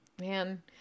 Man